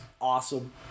awesome